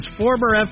former